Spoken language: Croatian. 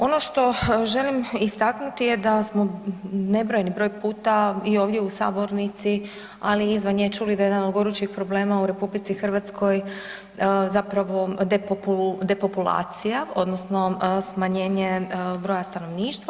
Ono što želim istaknuti je da smo nebrojeni broj puta i ovdje u sabornici, ali i izvan nje čuli da je jedan od gorućih problema u RH zapravo depopulacija, odnosno smanjenje broja stanovništva.